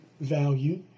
value